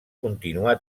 continuà